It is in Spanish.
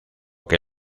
que